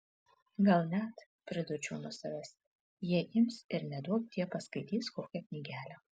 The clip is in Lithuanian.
gal net pridurčiau nuo savęs jie ims ir neduokdie paskaitys kokią knygelę